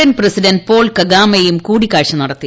ൻ president Paul കഗാമയും കൂടിക്കാഴ്ച നടത്തി